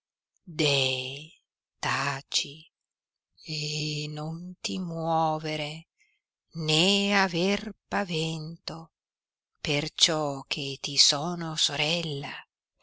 deh taci e non ti muovere né aver pavento perciò che ti sono sorella